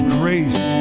grace